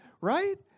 right